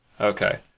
Okay